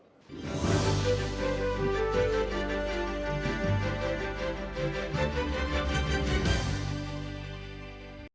Дякую.